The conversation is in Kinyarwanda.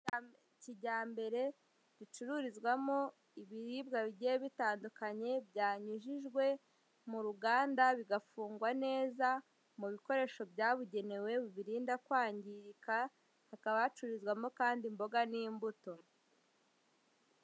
Kijyambere ricururizwamo ibiribwa bigiye bitandukanye byanyujijwe mu ruganda bigafungwa neza, mu bikoresho byabugenewe bibirinda kwangirika, hakaba hacururizwamo kandi imboga n'imbuto.